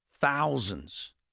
thousands